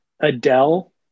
Adele